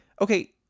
Okay